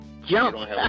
jump